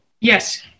Yes